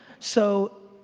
so,